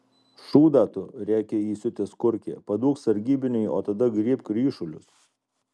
šūdą tu rėkia įsiutęs kurkė paduok sargybiniui o tada griebk ryšulius